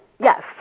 Yes